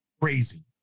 crazy